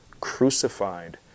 crucified